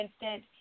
instant